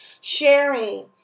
sharing